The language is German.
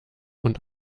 und